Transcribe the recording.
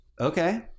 okay